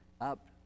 up